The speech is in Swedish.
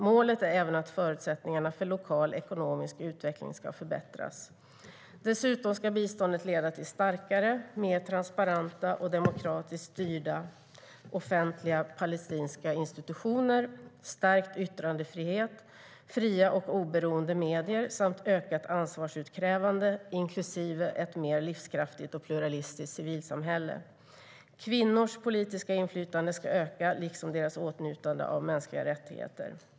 Målet är även att förutsättningarna för lokal ekonomisk utveckling ska förbättras. Dessutom ska biståndet leda till starkare, mer transparenta och demokratiskt styrda offentliga palestinska institutioner, stärkt yttrandefrihet, fria och oberoende medier samt ökat ansvarsutkrävande, inklusive ett mer livskraftigt och pluralistiskt civilsamhälle. Kvinnors politiska inflytande ska öka liksom deras åtnjutande av mänskliga rättigheter.